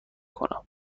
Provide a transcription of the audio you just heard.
کنم